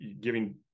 giving